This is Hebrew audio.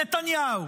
נתניהו.